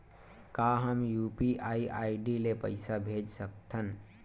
का हम UPI ID ले पईसा भेज सकथन?